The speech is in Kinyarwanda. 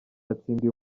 yatsindiye